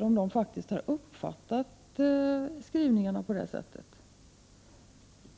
trafikutskottet om de har uppfattat skrivningarna på samma sätt som han.